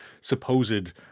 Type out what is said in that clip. supposed